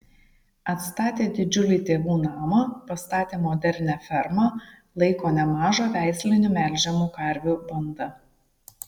atstatė didžiulį tėvų namą pastatė modernią fermą laiko nemažą veislinių melžiamų karvių bandą